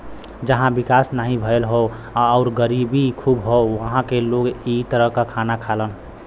जहां विकास नाहीं भयल हौ आउर गरीबी खूब हौ उहां क लोग इ तरह क खाना खालन